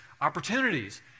opportunities